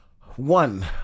One